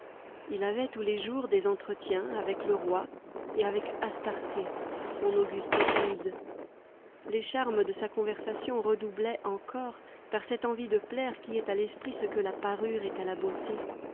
il avait tous les jours des entretiens avec le roi et avec astarté son auguste épouse les charmes de sa conversation redoublaient encore par cette envie de plaire qui est à l'esprit ce que la parure est à la beauté